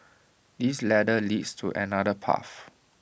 this ladder leads to another path